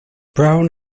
brown